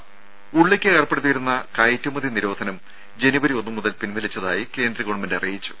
രുര ഉള്ളിക്ക് ഏർപ്പെടുത്തിയിരുന്ന കയറ്റുമതി നിരോധനം ജനുവരി ഒന്ന് മുതൽ പിൻവലിച്ചതായി കേന്ദ്രഗവൺമെന്റ് അറിയിച്ചു